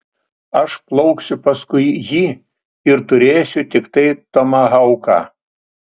aš plauksiu paskui jį ir turėsiu tiktai tomahauką